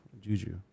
Juju